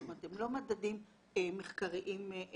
זאת אומרת הם לא מדדים מחקריים טהורים.